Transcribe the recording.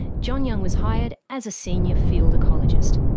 john young was hired as a senior field ecologist.